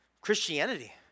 Christianity